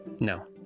no